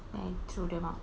then I throw them out